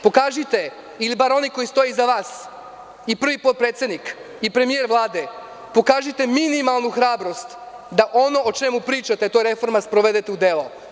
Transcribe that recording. Pokažite, ili bar onaj ko stoji iza vas, i prvi potpredsednik, i premijer Vlade, minimalnu hrabrost da ono o čemu pričate, a to je reforma, sprovedete u delo.